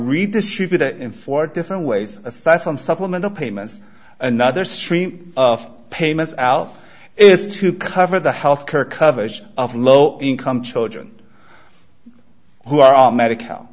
redistribute it in four different ways aside from supplemental payments another stream of payments out it's to cover the health care coverage of low income children who are on medica